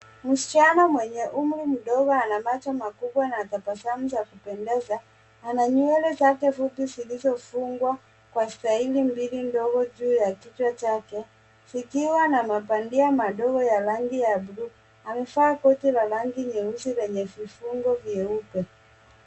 Msichana mwenye umri mdogo ana macho makubwa na tabasamu za kupendeza. Ana nywele zake fupi zilizofungwa kwa staili mbili ndogo juu ya kichwa chake zikiwa na mabandia madogo ya rangi ya bluu. Amevaa koti la rangi nyeusi venye vifungo vyeupe.